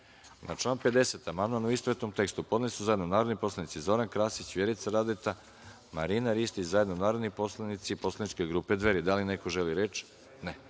član 50. amandman, u istovetnom tekstu, podneli su zajedno narodni poslanici Zoran Krasić, Vjerica Radeta i Marina Ristić, i zajedno narodni poslanici Poslaničke grupe Dveri. Da li neko želi reč?